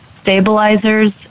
stabilizers